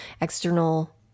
external